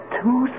two